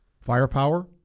firepower